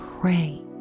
pray